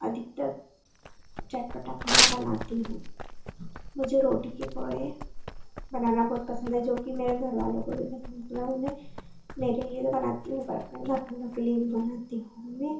अधिकतर चटपटा खाना बनाती हूँ मुझे रोटी के पोहे बनाना बहुत पसंद है जो कि मेरे घर वालों को भी पसंद है मैं उन्हें मेरे लिए तो बनाती हूँ पर पूरे घर वालों के लिए भी बनाती हूँ